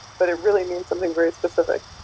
but it really means something very specific.